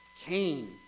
Cain